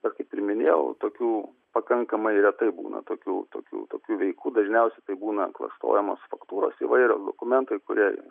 bet kaip ir minėjau tokių pakankamai retai būna tokių tokių tokių veikų dažniausiai tai būna klastojamos faktūros įvairios dokumentai kurie